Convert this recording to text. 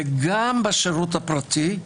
וגם בשירות הפרטי,